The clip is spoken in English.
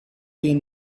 been